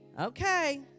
Okay